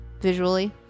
Visually